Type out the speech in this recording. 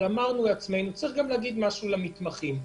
אבל אמרנו לעצמנו שצריך להגיד משהו למתמחים.